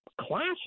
clashes